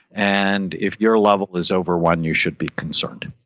and if your level is over one, you should be concerned